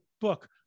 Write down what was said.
book